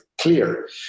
clear